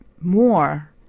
more